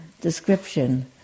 description